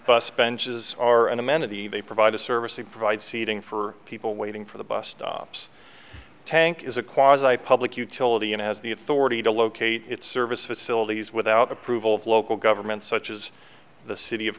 bus benches are an amenity they provide a service and provide seating for people waiting for the bus stops tank is acquired by public utility and has the authority to locate its service facilities without approval of local governments such as the city of